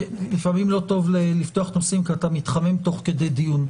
לפעמים לא טוב לפתוח נושאים כי אתה מתחמם תוך כד דיון.